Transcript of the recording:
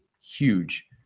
huge